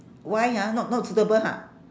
why ha not not suitable ha